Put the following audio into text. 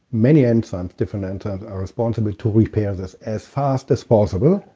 many enzymes, different enzymes are responsible to repair this as fast as possible.